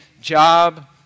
job